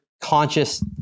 conscious